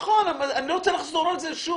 נכון, אבל אני לא רוצה לחזור על זה שוב.